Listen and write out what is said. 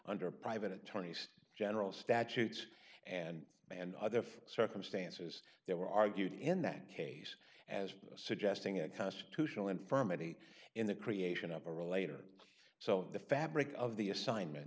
under private attorneys general statutes and and other circumstances there were argued in that case as suggesting a constitutional infirmity in the creation of a related so the fabric of the assignment